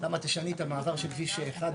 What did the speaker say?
אפשר להתקדם לנושא הבא?